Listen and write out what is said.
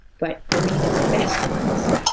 but for me, the best ones,